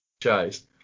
franchise